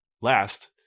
last